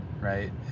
right